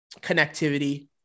connectivity